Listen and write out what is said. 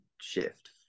shift